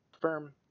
firm